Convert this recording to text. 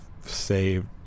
saved